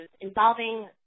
involving